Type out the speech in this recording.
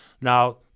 Now